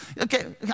Okay